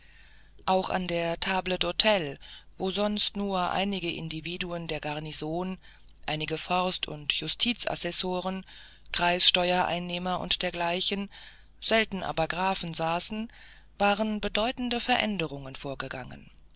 auch an der table d'hte wo sonst nur einige individuen der garnison einige forst und justizassessoren kreissteuereinnehmer und dergleichen selten aber grafen saßen waren bedeutende veränderungen vorgegangen